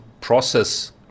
process